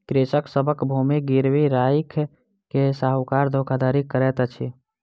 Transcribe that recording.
कृषक सभक भूमि गिरवी राइख के साहूकार धोखाधड़ी करैत अछि